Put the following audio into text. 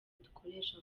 dukoresha